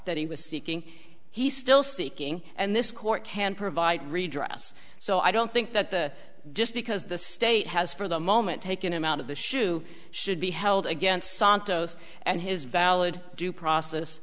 that he was seeking he still seeking and this court can provide redress so i don't think that the just because the state has for the moment taken him out of the shu should be held against santos and his valid due process